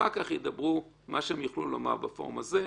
אחר כך ידברו מה שהם יוכלו לומר בפורום הזה.